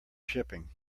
shipping